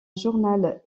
journal